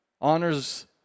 Honors